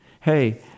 Hey